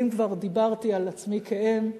ואם כבר דיברתי על עצמי כאם,